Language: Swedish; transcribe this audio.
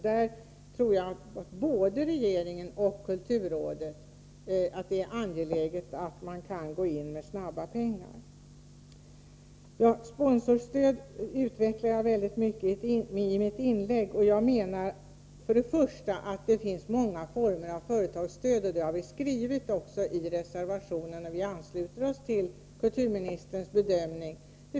Där tror jag att både regeringen och kulturrådet anser att det är angeläget att gå in med snabba pengar. Sponsorstödet utvecklade jag ingående i mitt anförande. Jag anser att det finns många former av företagsstöd. Det har vi också skrivit i reservationen, där vi ansluter oss till kulturministerns bedömning.